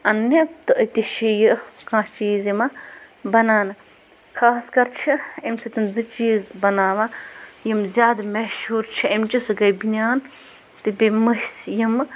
انٛنہِ تہٕ أتی چھِ یہِ کانٛہہ چیٖز یِوان بَناونہٕ خاص کَر چھِ امہِ سۭتۍ زٕ چیٖز بَناوان یِم زیادٕ مشہوٗر چھِ امہِ چہِ سُہ گٔے بنیٛان تہِ بیٚیہِ مٔسۍ یِمہٕ